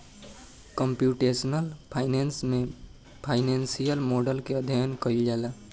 computational finance में financial model के अध्ययन कईल जाला